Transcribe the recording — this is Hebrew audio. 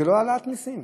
זו לא העלאת מיסים.